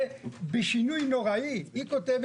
ובשינוי נוראי, היא כותבת